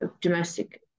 domestic